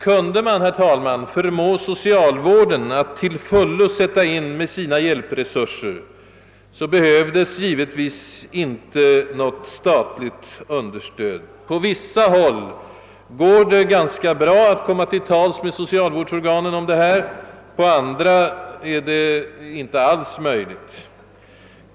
Kunde man förmå socialvården att till fullo sätta in sina hjälpresurser, vad gäller även kriminalvårdens klientel behövdes givetvis inte något statligt understöd. På vissa håll går det ganska bra att komma till tals med socialvårdsorganen härom, på andra håll är det nästan inte alls möjligt.